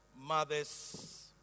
mothers